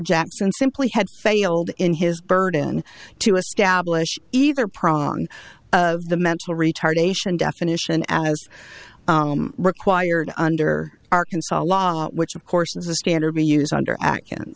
jackson simply had failed in his burden to establish either problem of the mental retardation definition as required under arkansas law which of course is the standard we use under aca end